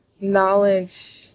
knowledge